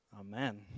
Amen